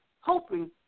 hoping